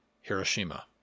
Hiroshima